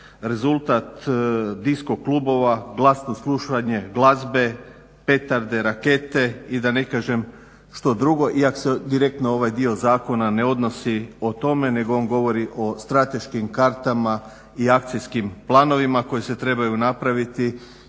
rezultat disko klubova, glasno slušanje glazbe, petarde, rakete i da ne kažem što drugo iako se direktno ovaj dio zakona ne odnosi o tome, nego on govori o strateškim kartama i akcijskim planovima koji se trebaju napraviti